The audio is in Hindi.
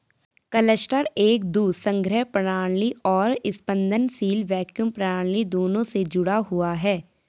क्लस्टर एक दूध संग्रह प्रणाली और एक स्पंदनशील वैक्यूम प्रणाली दोनों से जुड़ा हुआ है